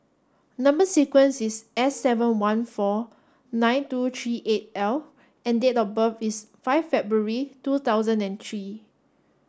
number sequence is S seven one four nine two three eight L and date of birth is five February two thousand and three